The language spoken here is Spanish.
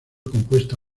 compuesta